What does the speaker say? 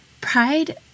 Pride